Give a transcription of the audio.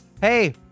Hey